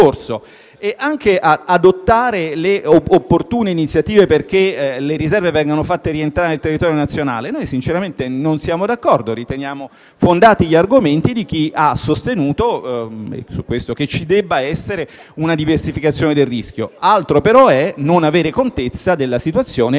di adottare le opportune iniziative perché le riserve vengano fatte rientrare nel territorio nazionale noi sinceramente non siamo d'accordo; riteniamo fondati gli argomenti di chi ha sostenuto che ci debba essere una diversificazione del rischio. Altro però è non avere contezza della situazione e non avere contezza